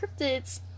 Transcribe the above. cryptids